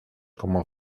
como